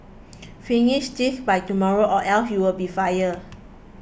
finish this by tomorrow or else you'll be fired